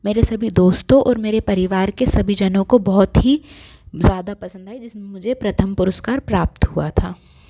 मेरे सभी दोस्तों और मेरे परिवार के सभी जनों को बहुत ही ज़्यादा पसंद जिसमे मुझे प्रथम पुरुस्कार प्राप्त हुआ था